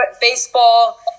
baseball